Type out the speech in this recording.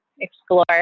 explore